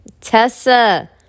Tessa